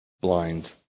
blind